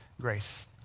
grace